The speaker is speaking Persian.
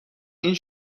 این